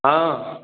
हँ